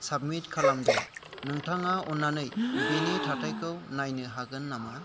submit खालामदों नोंथाङा अन्नानै बेनि थाथायखौ नायनो हागोन नामा